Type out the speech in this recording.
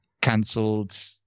cancelled